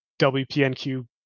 WPNQ